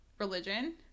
religion